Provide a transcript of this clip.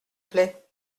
plait